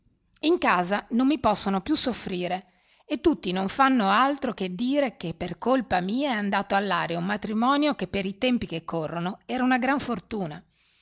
in casa non mi possono più soffrire e tutti non fanno altro che dire che per colpa mia è andato all'aria un matrimonio che per i tempi che corrono era una gran fortuna